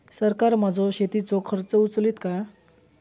सरकार माझो शेतीचो खर्च उचलीत काय?